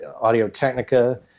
Audio-Technica